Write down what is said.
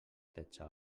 tretze